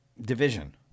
division